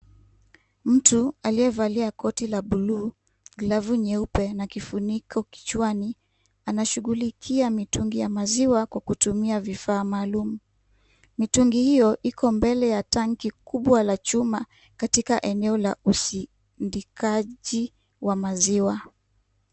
Mtu aliyevalia koti la bluu, glavu nyeupe na kifuniko kichwani anashugulikia mitungi ya maziwa kwa kutumia vifaa maalum. Mitungi hiyo iko mbele ya tanki kubwa la chuma katika eneo la usindikaji wa maziwa.